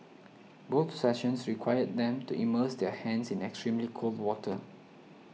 both sessions required them to immerse their hands in extremely cold water